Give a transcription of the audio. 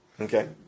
Okay